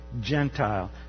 Gentile